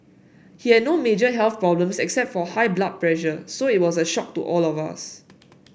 he had no major health problems except for high blood pressure so it was a shock to all of us